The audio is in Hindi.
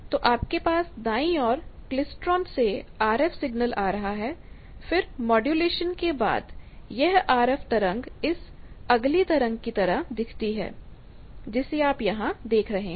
तो आपके पास दाईं ओर क्लेस्ट्रॉन से आरएफ सिग्नल आ रहा है फिर मॉड्यूलेशन के बाद यह आरएफ तरंग इस अगली तरंग की तरह दिखती है जिसे आप यहां देख रहे हैं